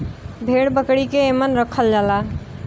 भेड़ बकरी के एमन रखल जाला